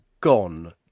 gone